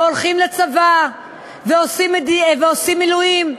הולכים לצבא ועושים מילואים.